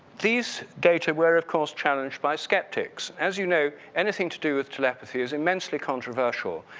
these data were of course challenged by skeptics, as you know, anything to do with telepathy is immensely controversial.